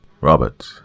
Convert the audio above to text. Robert